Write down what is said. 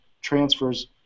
transfers